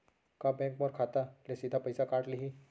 का बैंक मोर खाता ले सीधा पइसा काट लिही?